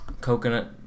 Coconut